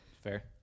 Fair